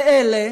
לאלה